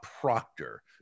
Proctor